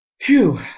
Phew